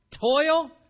toil